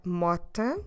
mota